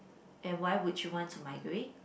and why would you want to migrate